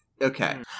Okay